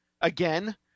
again